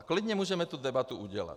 Klidně můžeme tu debatu udělat.